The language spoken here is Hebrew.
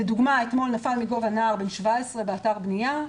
לדוגמה אתמול נפל מגובה נער בן 17 באתר בנייה,